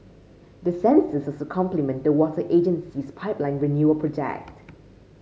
the sensors also complement the water agency's pipeline renewal project